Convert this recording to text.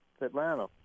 Atlanta